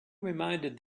reminded